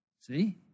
See